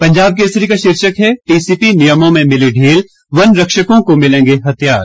पंजाब केसरी का शीर्षक है टीसीपी नियमों में मिली ढील वनरक्षकों को मिलेंगे हथियार